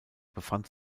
befand